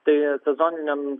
tai sezoniniams